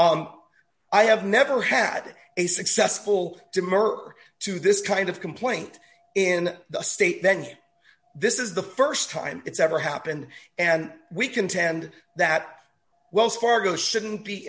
issue i have never had a successful demur to this kind of complaint in the state then this is the st time it's ever happened and we contend that wells fargo shouldn't be